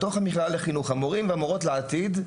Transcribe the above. בתוך המכללה לחינוך המורים והמורות לעתיד,